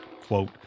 quote